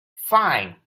fine